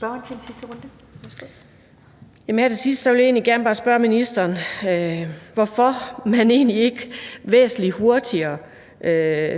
Her til sidst vil jeg egentlig bare gerne spørge ministeren, hvorfor man ikke væsentlig hurtigere